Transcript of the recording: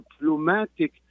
diplomatic